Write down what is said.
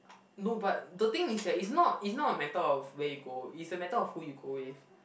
no but the thing is that is not is not a matter of where you go is a matter of who you go with